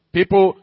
People